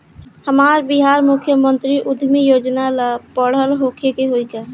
हमरा बिहार मुख्यमंत्री उद्यमी योजना ला पढ़ल होखे के होई का?